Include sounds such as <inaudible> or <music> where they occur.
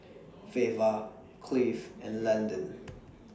Veva Cleave and Landen <noise>